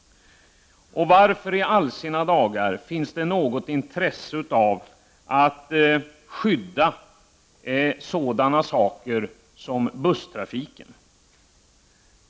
Och varför i all sin dar finns det något intresse av att skydda sådan verksamhet som busstrafik?